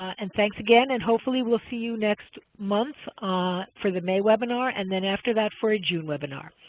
and thanks again, and hopefully we'll see you next month for the may webinar and then after that for a june webinar.